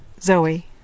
Zoe